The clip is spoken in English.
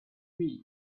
wii